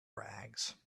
rags